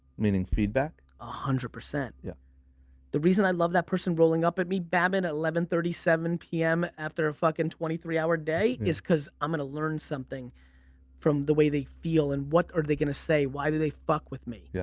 meaning feedback? one ah hundred. yeah the reason i love that person rolling up at me, babin, at eleven thirty seven p m. after a fucking twenty three hour day is cause i'm gonna learn something from the way they feel and what are they gonna say. why do they fuck with me? yeah